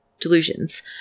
delusions